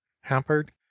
hampered